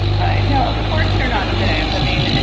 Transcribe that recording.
right. no, of course they are not doomed, i mean,